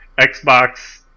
Xbox